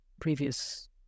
previous